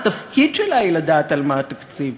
והתפקיד שלה הוא לדעת על מה התקציב,